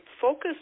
focus